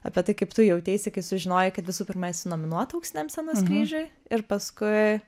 apie tai kaip tu jauteisi kai sužinojai kad visų pirma esi nominuota auksiniam scenos kryžiui ir paskui